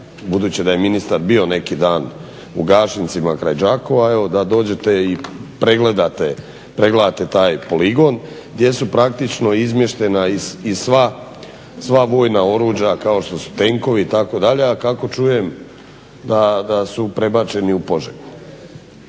budući da je ministar bio neki dan u Gašincima kraj Đakova evo da dođete i pregledate taj poligon gdje su praktično izmještena i sva vojna oruđa kao što su tenkovi itd. A kako čujem da su prebačeni u Požegu,